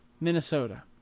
Minnesota